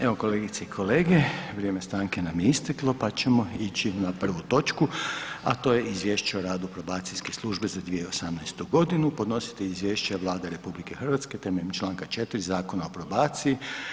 Evo kolegice i kolege, vrijeme stanke nam je isteklo pa ćemo ići na prvu točku a to je: - Izvješće o radu probacijske službe za 2018. g. Podnositelj izvješća je Vlada RH temeljem čl. 4. Zakona o probaciji.